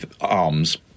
arms